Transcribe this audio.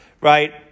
right